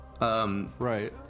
Right